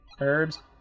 Herbs